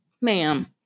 ma'am